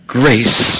grace